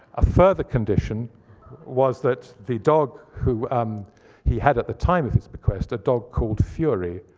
a further condition was that the dog who um he had at the time of his bequest, a dog called fury,